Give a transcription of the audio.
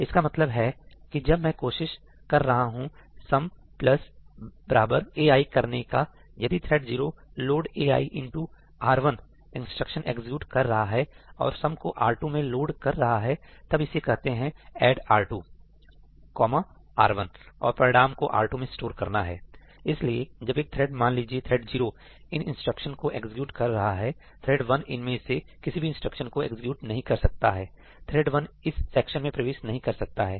इसका मतलब है की जब मैं कोशिश कर रहा हूं 'sum ai' करने का यदि thread 0 'load ai into R1' instructions execute कर रहा है और सम को R2 में लोड कर रहा है तब इसे कहते हैं 'add R2 R1' और परिणाम को R2 में स्टोर करना है इसलिए जब एक थ्रेड मान लीजिए थ्रेड 0 इन इंस्ट्रक्शन को एक्जिक्यूट कर रहा है थ्रेड वन इनमें से किसी भी इंस्ट्रक्शंस को एग्जीक्यूट नहीं कर सकता हैथ्रेड वन इस सेक्शन में प्रवेश नहीं कर सकता है